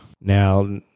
Now